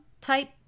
type